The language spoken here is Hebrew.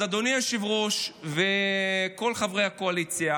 אז אדוני היושב-ראש וכל חברי הקואליציה: